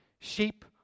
sheep